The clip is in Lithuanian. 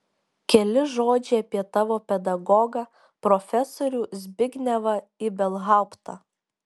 keli žodžiai apie tavo pedagogą profesorių zbignevą ibelhauptą